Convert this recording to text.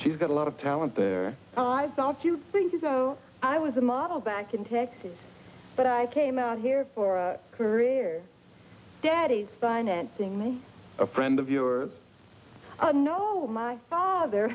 she's got a lot of talent there i thought you'd think so i was a model back in texas but i came out here for a career daddy's financing me a friend of your know my father